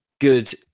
good